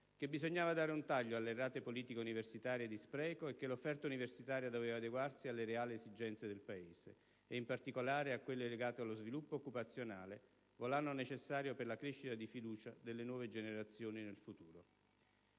che bisognava dare un taglio alle errate politiche universitarie di spreco e che l'offerta universitaria doveva adeguarsi alle reali esigenze del Paese, in particolare a quelle legate allo sviluppo occupazionale, volano necessario per la crescita di fiducia delle nuove generazioni nel futuro.